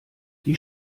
die